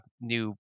new